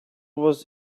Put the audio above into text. was